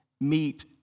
meet